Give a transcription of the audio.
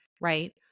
right